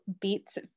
beats